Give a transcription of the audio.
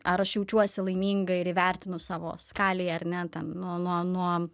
ar aš jaučiuosi laiminga ir įvertinu savo skalėje ar ne ten nuo nuo nuo